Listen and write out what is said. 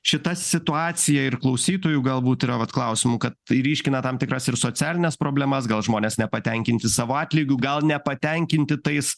šita situacija ir klausytojų galbūt yra vat klausimų kad ryškina tam tikras ir socialines problemas gal žmonės nepatenkinti savo atlygiu gal nepatenkinti tais